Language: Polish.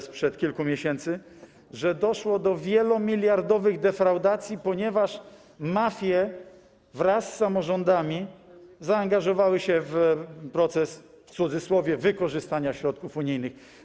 sprzed kilku miesięcy, że doszło do wielomiliardowych defraudacji, ponieważ mafie wraz z samorządami zaangażowały się w proces „wykorzystania” środków unijnych.